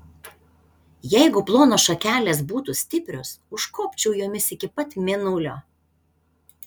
jeigu plonos šakelės būtų stiprios užkopčiau jomis iki pat mėnulio